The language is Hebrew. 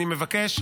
אני מבקש,